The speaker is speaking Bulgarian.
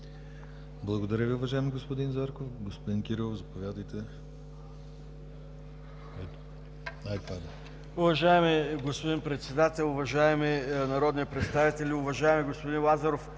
Благодаря Ви, уважаеми господин Зарков. Господин Кирилов – заповядайте. ДАНАИЛ КИРИЛОВ (ГЕРБ) Уважаеми господин Председател, уважаеми народни представители! Уважаеми господин Лазаров,